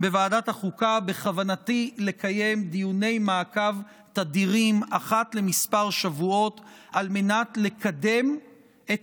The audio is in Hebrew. בכוונתי לקיים דיוני מעקב תדירים אחת לכמה שבועות על מנת לקדם את